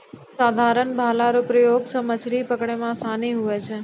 साधारण भाला रो प्रयोग से मछली पकड़ै मे आसानी हुवै छै